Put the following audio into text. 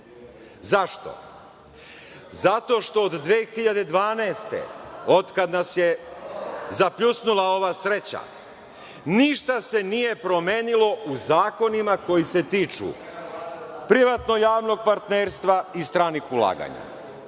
Zašto? Zato što od 2012. godine, od kada nas je zapljusnula ova sreća, ništa se nije promenilo u zakonima koji se tiču privatno-javnog partnerstva i stranih ulaganja,